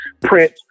print